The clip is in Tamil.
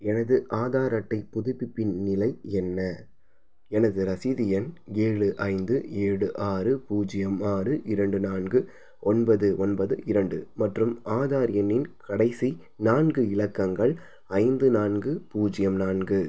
எனது ஆதார் அட்டை புதுப்பிப்பின் நிலை என்ன எனது ரசிது எண் ஏழு ஐந்து ஏழு ஆறு பூஜ்யம் ஆறு இரண்டு நான்கு ஒன்பது ஒன்பது இரண்டு மற்றும் ஆதார் எண்ணின் கடைசி நான்கு இலக்கங்கள் ஐந்து நான்கு பூஜ்யம் நான்கு